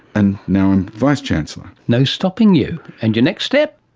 and now i'm vice chancellor. no stopping you! and your next step?